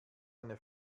eine